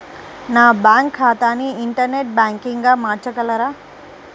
నా బ్యాంక్ ఖాతాని ఇంటర్నెట్ బ్యాంకింగ్గా మార్చగలరా?